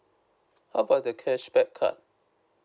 how about the cashback card